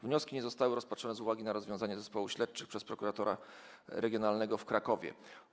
Wnioski nie zostały rozpatrzone z uwagi na rozwiązanie zespołu śledczych przez prokuratora regionalnego w Krakowie.